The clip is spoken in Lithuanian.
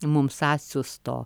mums atsiųsto